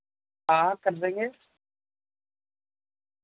ہاں کر دیں گے